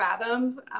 fathom